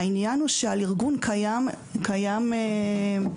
העניין הוא שעל ארגון קיימת --- חוה,